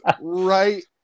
right